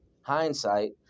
hindsight